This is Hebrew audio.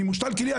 אני מושתל כליה.